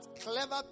clever